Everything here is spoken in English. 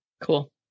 Cool